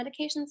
medications